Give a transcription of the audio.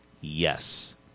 Yes